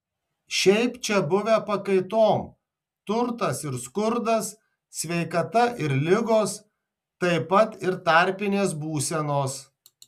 šiaip čia buvę pakaitom turtas ir skurdas sveikata ir ligos taip pat ir tarpinės būsenos